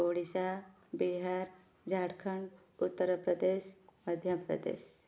Odisha Bihar Jharkhand Uttar Pradesh Madhya Pradesh